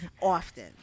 often